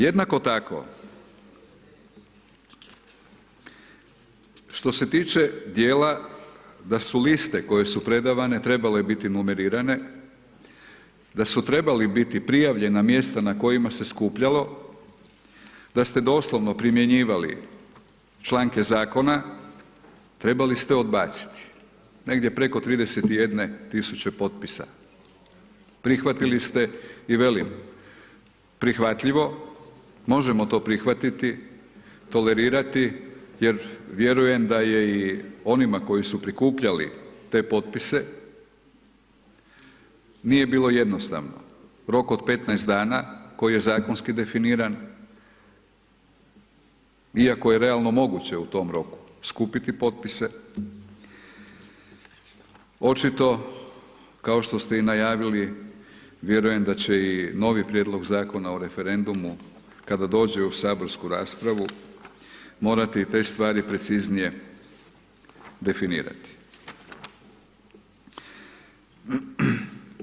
Jednako tako što se tiče dijela da su liste koje su predavane trebale biti numerirane, da su trebali biti prijavljena mjesta na kojima se skupljalo, da ste doslovno primjenjivali članke zakona trebali ste odbaciti negdje preko 31.000 potpisa, prihvatili ste i velim prihvatljivo, možemo to prihvatiti, tolerirati, jer vjerujem da je i onima koji su prikupljali te potpise nije bilo jednostavno u roku od 15 dana koji je zakonski definiran iako je realno moguće u tom roku skupiti potpise očito kao što ste i najavili vjerujem da će i novi prijedlog Zakona o referendumu kada dođe u saborsku raspravu morati i te stvari preciznije definirati.